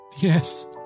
Yes